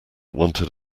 wanted